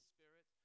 Spirit